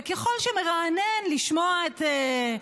וככל שמרענן לשמוע את זה,